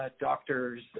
doctor's